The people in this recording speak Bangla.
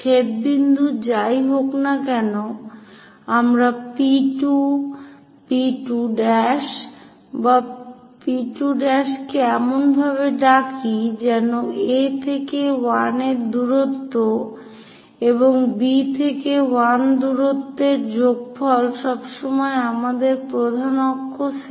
ছেদ বিন্দু যাই হোক না কেন আমরা P2 P2' বা P2' কে এমনভাবে ডাকি যেন A থেকে 1 দূরত্ব এবং B থেকে 1 দূরত্বের যোগফল সবসময় আমাদের প্রধান অক্ষ 70 mm হয়